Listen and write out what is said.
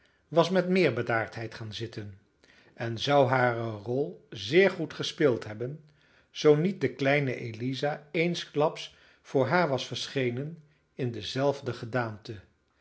was met meer bedaardheid gaan zitten en zou hare rol zeer goed gespeeld hebben zoo niet de kleine eliza eensklaps voor haar was verschenen in dezelfde gedaante